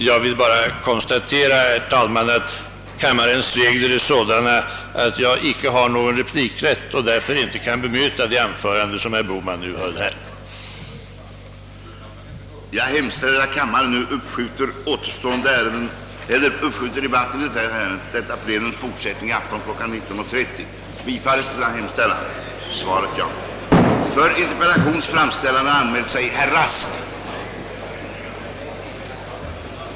Herr talman! Jag konstaterar att kammarens regler är sådana att jag inte har någon replikrätt och därför inte kan bemöta det anförande som herr Bohman nu hållit.